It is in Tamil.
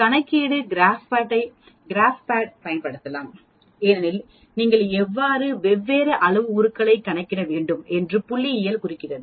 கணக்கிட கிராப்பேட் ஐப் பயன்படுத்தலாம் ஏனெனில் நீங்கள் எவ்வாறு வெவ்வேறு அளவு உருக்களை கணக்கிட வேண்டும் என்று புள்ளியியல் குறிக்கிறது